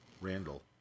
Randall